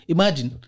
Imagine